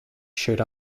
should